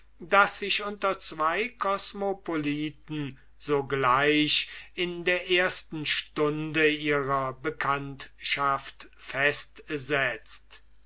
das sich unter zween kosmopoliten sogleich in der ersten stunde ihrer bekanntschaft festsetzt